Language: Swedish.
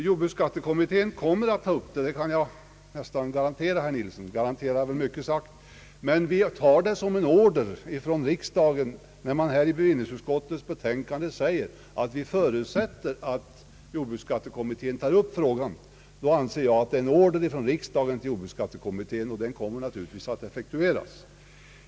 Jag kan nästan men inte alldeles säkert garantera herr Yngve Nilsson att jordbruksbeskattningskommittén kommer att ta upp frågan. Vi ser det som en order från riksdagen när bevillningsutskottet uttalar att vi förutsätter att jordbruksbeskattningskommittén tar upp frågan. Det anser jag vara en order från riksdagen till jordbruksbeskattningskommittén, och den kommer naturligtvis att effektueras.